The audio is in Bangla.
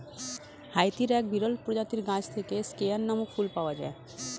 হাইতির এক বিরল প্রজাতির গাছ থেকে স্কেয়ান নামক ফুল পাওয়া যায়